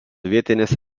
vietinės